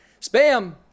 Spam